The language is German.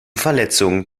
verletzungen